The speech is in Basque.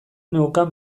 neukan